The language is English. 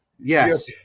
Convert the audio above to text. yes